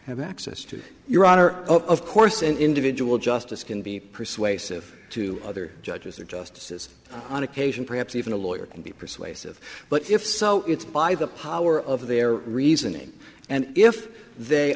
have access to your honor of course an individual justice can be persuasive to other judges or justices on occasion perhaps even a lawyer can be persuasive but if so it's by the power of their reasoning and if they